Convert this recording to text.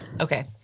Okay